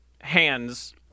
hands